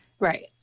Right